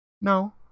No